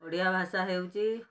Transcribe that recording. ଓଡ଼ିଆ ଭାଷା ହେଉଛି